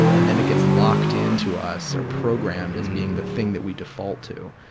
and then it gets locked into us or programmed as being the thing that we default to.